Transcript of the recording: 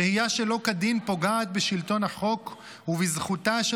שהייה שלא כדין פוגעת בשלטון החוק ובזכותה של